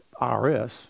IRS